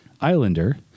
Islander